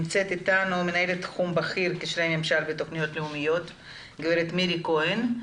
מנהלת תחום בכיר קשרי ממשל ותכניות לאומיות הגב' מירי כהן.